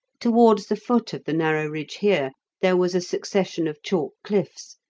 towards the foot of the narrow ridge here, there was a succession of chalk cliffs,